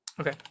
Okay